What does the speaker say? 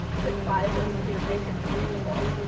tip five is to make it sustainable.